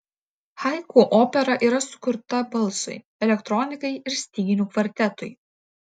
haiku opera yra sukurta balsui elektronikai ir styginių kvartetui